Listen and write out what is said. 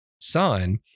son